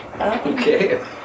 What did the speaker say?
Okay